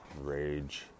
rage